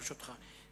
ברשותך,